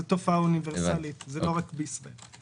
זו תופעה אוניברסלית, לא רק בישראל.